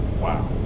Wow